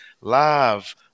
live